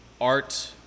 art